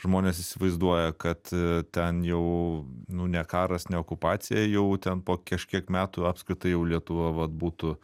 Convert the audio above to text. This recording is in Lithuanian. žmonės įsivaizduoja kad ten jau nu ne karas ne okupacija jau ten po kažkiek metų apskritai jau lietuva vat būtų